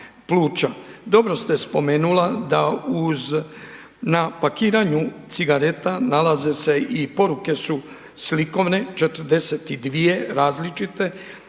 Dobro ste spomenula da uz, na pakiranju cigareta nalaze se i poruke su slikovne, 42 različite